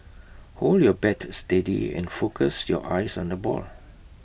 hold your bat steady and focus your eyes on the ball